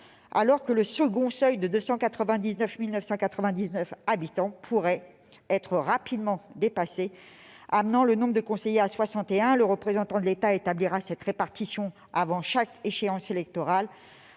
alors que le second seuil de 299 999 habitants pourrait être rapidement dépassé, amenant le nombre de conseillers à soixante et un. Le représentant de l'État établira cette répartition avant chaque échéance électorale